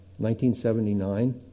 1979